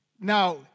Now